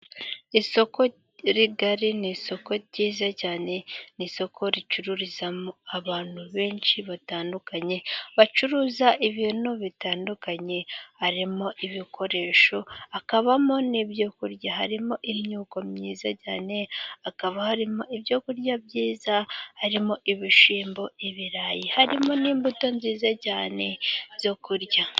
Isoko rigari, ni isoko ryiza cyane, ni isoko ricururizamo abantu benshi batandukanye. Bacuruza ibintu bitandukanye harimo ibikoresho, hakabamo n'ibyo kurya. Harimo imyuko myiza cyane, hakaba harimo ibyo kurya byiza, harimo ibishyimbo, ibirayi, harimo n'imbuto nziza cyane zo kurya.